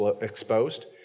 exposed